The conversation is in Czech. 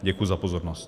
Děkuji za pozornost.